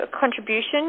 contribution